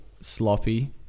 sloppy